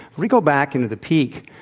we go back into the peak,